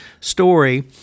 story